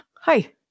hi